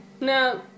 No